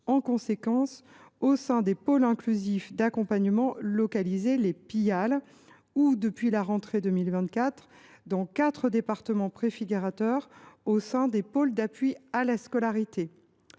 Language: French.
en conséquence au sein des pôles inclusifs d’accompagnement localisés (Pial), ou, depuis la rentrée 2024, dans quatre départements préfigurateurs au sein des pôles d’appui à la scolarité